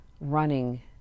running